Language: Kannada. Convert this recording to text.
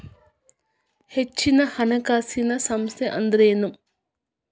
ಹೆಚ್ಚಿನ ಹಣಕಾಸಿನ ಸಂಸ್ಥಾ ಅಂದ್ರೇನು?